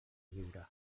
lliure